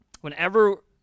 Whenever